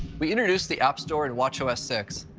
we introduced the app store in watchos six,